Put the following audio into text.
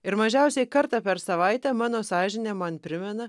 ir mažiausiai kartą per savaitę mano sąžinė man primena